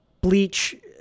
bleach